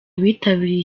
abitabiriye